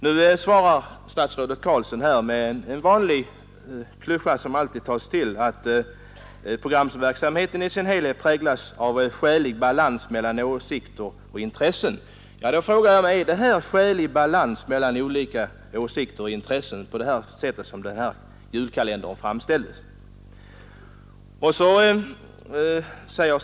Nu svarar statsrådet Carlsson med den gamla vanliga klyschan att programverksamheten i sin helhet präglas av skälig balans mellan åsikter och intressen. Då frågar jag: Är ifrågavarande julkalender uttryck för skälig balans mellan olika åsikter och intressen?